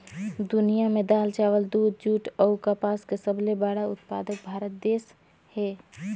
दुनिया में दाल, चावल, दूध, जूट अऊ कपास के सबले बड़ा उत्पादक भारत देश हे